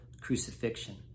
crucifixion